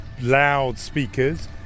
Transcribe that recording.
loudspeakers